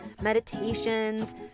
meditations